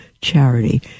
charity